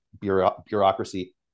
bureaucracy